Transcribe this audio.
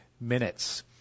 Minutes